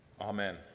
Amen